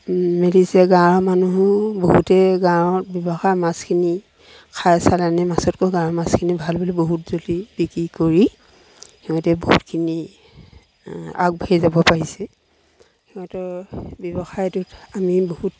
মেলিছে গাঁৱৰ মানুহো বহুতেই গাঁৱত ব্যৱসায় মাছখিনি খাই চালানি মাছতকৈ গাঁৱৰ মাছখিনি ভাল বুলি বহুত জল্দি বিক্ৰী কৰি সিহঁতে বহুতখিনি আগবাঢ়ি যাব পাৰিছে সিহঁতৰ ব্যৱসায়টোত আমি বহুত